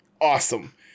awesome